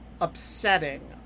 upsetting